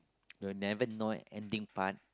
you'll never know ending part